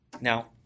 Now